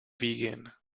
vegan